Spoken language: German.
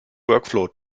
workflow